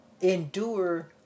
endure